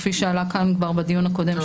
כפי שעלה כאן כבר בדיון הקודם,